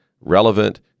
relevant